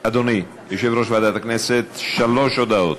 אדוני יושב-ראש ועדת הכנסת, שלוש הודעות.